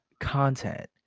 content